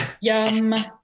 Yum